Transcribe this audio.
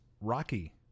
Rocky